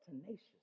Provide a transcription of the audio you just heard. tenacious